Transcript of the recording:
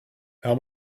how